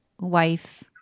wife